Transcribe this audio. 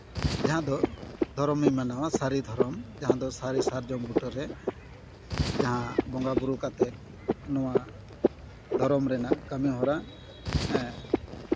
ᱡᱟᱦᱟᱸ ᱫᱚ ᱫᱷᱚᱨᱚᱢᱤᱧ ᱢᱟᱱᱟᱣᱟ ᱥᱟᱹᱨᱤ ᱫᱷᱚᱨᱚᱢ ᱡᱟᱦᱟᱸ ᱫᱚ ᱥᱟᱹᱨᱤ ᱥᱟᱨᱡᱚᱢ ᱵᱩᱴᱟᱹᱨᱮ ᱡᱟᱦᱟᱸ ᱵᱚᱸᱜᱟ ᱵᱳᱨᱳ ᱠᱟᱛᱮ ᱱᱚᱣᱟ ᱫᱷᱚᱨᱚᱢ ᱨᱮᱱᱟᱜ ᱠᱟᱹᱢᱤ ᱦᱚᱨᱟ